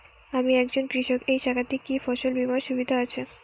আমি একজন কৃষক এই শাখাতে কি ফসল বীমার সুবিধা আছে?